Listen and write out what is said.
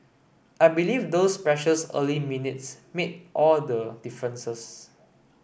I believe those precious early minutes made all the differences